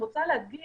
אני אגיד